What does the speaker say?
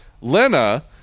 Lena